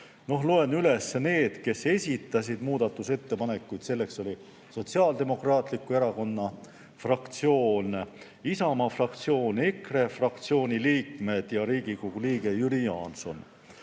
Loen üles need, kes esitasid muudatusettepanekuid: Sotsiaaldemokraatliku Erakonna fraktsioon, Isamaa fraktsioon, EKRE fraktsiooni liikmed ja Riigikogu liige Jüri Jaanson.